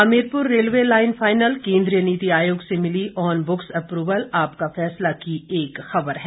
Hamirpur railway line final केंद्रीय नीति आयोग से मिली ऑन बुक्स अप्रूवल आपका फैसला की एक खबर है